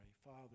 Father